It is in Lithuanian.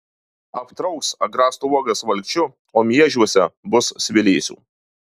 aptrauks agrastų uogas valkčiu o miežiuose bus svilėsių